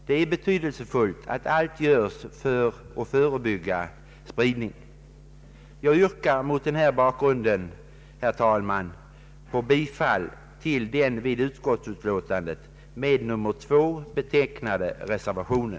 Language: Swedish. Det är betydelsefullt att allt görs för att förebygga spridning. Mot denna bakgrund, herr talman, yrkar jag bifall till den vid utskottets utlåtande avgivna med 2 betecknade reservationen.